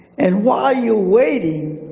and while you're waiting,